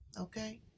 Okay